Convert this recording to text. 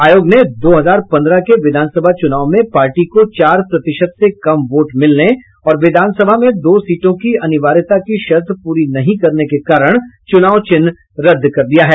आयोग ने दो हजार पंद्रह के विधानसभा चुनाव में पार्टी को चार प्रतिशत से कम वोट मिलने और विधानसभा में दो सीटों की अनिवार्यता की शर्त पूरी नहीं करने के कारण चुनाव चिन्ह रद्द कर दिया है